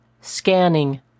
scanning